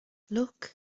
look